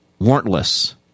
Warrantless